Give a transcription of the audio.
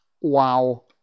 Wow